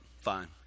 Fine